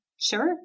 sure